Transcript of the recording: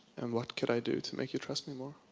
and what could i do to make you trust me more?